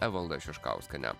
evalda šiškauskienė